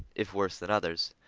if worse than others.